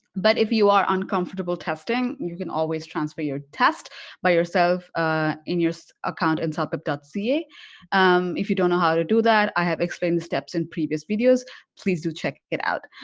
but if you are uncomfortable testing you can always transfer your tests by yourself in your account in sap epcot ca if you don't know how to do that i have explained the steps in previous videos please do check it out